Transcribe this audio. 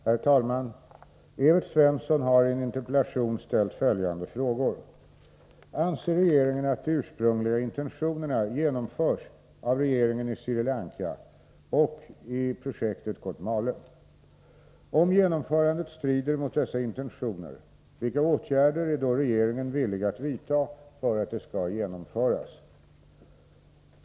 Herr talman! Evert Svensson har i en interpellation ställt följande frågor: Anser regeringen att de ursprungliga intentionerna genomförs av regeringen i Sri Lanka i projektet Kotmale? Om genomförandet strider mot dessa intentioner, vilka åtgärder är då regeringen villig att vidta för att de skall genomföras?